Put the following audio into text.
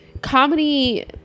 comedy